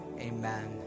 Amen